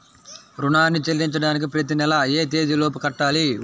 రుణాన్ని చెల్లించడానికి ప్రతి నెల ఏ తేదీ లోపు కట్టాలి?